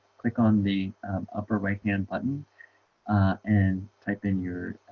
click on the upper right hand button and type in your